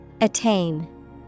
Attain